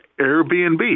Airbnb